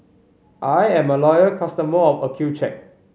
I am a loyal customer of Accucheck